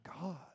God